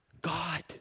God